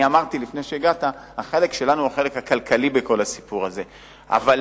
אמרתי לפני שהגעת: החלק שלנו בכל הסיפור הזה הוא החלק הכלכלי.